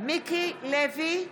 מיקי לוי,